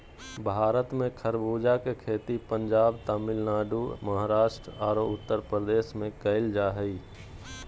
भारत में खरबूजा के खेती पंजाब, तमिलनाडु, महाराष्ट्र आरो उत्तरप्रदेश में कैल जा हई